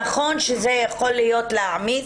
נכון שזה יכול להעמיס